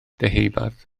deheubarth